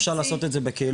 אפשר לעשות את זה בקהילות,